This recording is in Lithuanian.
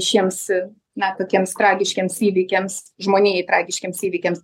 šiems na tokiems tragiškiems įvykiams žmonijai tragiškiems įvykiams